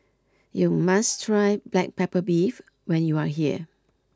you must try Black Pepper Beef when you are here